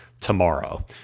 tomorrow